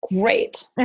great